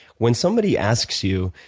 when somebody asks you,